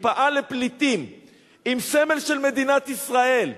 מרפאה לפליטים עם סמל של מדינת ישראל.